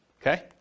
okay